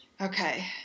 Okay